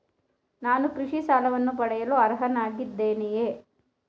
ನಾನು ಕೃಷಿ ಸಾಲವನ್ನು ಪಡೆಯಲು ಅರ್ಹನಾಗಿದ್ದೇನೆಯೇ?